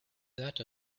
that